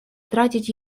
тратить